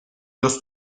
los